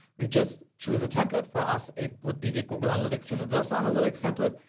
we just choose a template. for us it would be the google analytics universal analytics template.